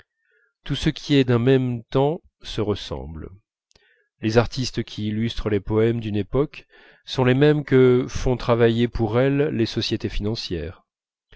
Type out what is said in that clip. tout ce qui est d'un même temps se ressemble les artistes qui illustrent les poèmes d'une époque sont les mêmes que font travailler pour elles les sociétés financières